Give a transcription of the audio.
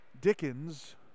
Dickens